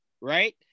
right